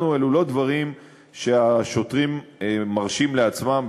אלו לא דברים שהשוטרים מרשים לעצמם.